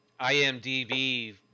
IMDb